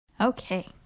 Okay